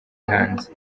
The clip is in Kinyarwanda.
hanze